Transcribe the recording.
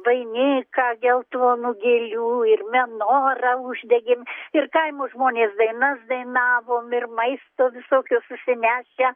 vainiką geltonų gėlių ir menorą uždegėm ir kaimo žmonės dainas dainavom ir maisto visokio susinešę